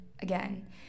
again